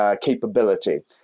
capability